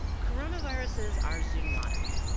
coronaviruses are zoonotic,